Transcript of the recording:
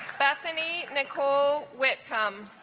bethany nicole whitcomb